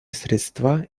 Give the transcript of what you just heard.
средства